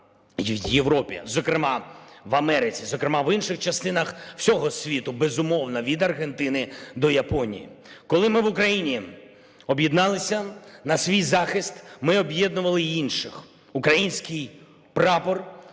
Європі, зокрема в Америці, зокрема в інших частинах всього світу, безумовно, від Аргентини до Японії. Коли ми в Україні об'єдналися на свій захист, ми об'єднували й інших. Український прапор